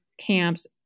camps